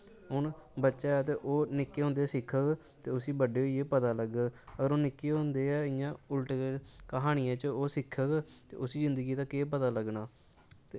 हून बच्चा ऐ ते ओह् निक्के होंदे सिक्खग ते उसी बड्डे होइयै पता लग्गग अगर ओह् निक्के होंदे गै इ'यां गै उल्टे क्हानियें च ओह् सिक्खग ते उस्सी जिन्दगी दा केह् पता लग्गना